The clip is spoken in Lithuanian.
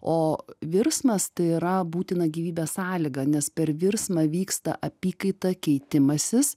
o virsmas tai yra būtina gyvybės sąlyga nes per virsmą vyksta apykaita keitimasis